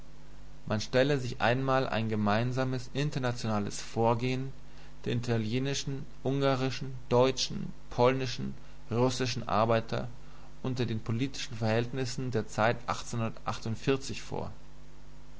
man stelle sich einmal ein gemeinsames internationales vorgehen der italienischen ungarischen deutschen polnischen russischen arbeiter unter den politischen verhältnissen der zeit vor